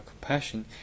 compassion